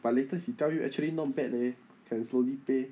but later he tell you actually not bad leh can slowly pay